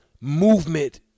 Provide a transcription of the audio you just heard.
movement